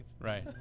Right